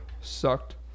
sucked